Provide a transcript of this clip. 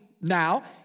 now